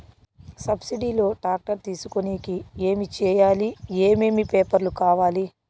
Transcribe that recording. Subsidy లో tractor తీసుకొనేకి ఏమి చేయాలి? ఏమేమి పేపర్లు కావాలి?